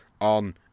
on